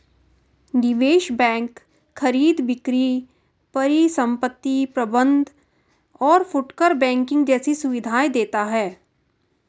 निवेश बैंक खरीद बिक्री परिसंपत्ति प्रबंध और फुटकर बैंकिंग जैसी सुविधायें देते हैं